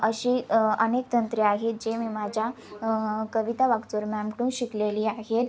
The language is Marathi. अशी अनेक तंत्रे आहेत जे मी माझ्या कविता वागचूर मॅमकडून शिकलेली आहेत